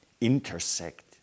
intersect